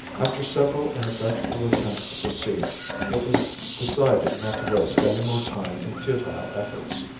after several ineffectual attempts to proceed it was decided not to waste any more time in futile efforts.